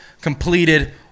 completed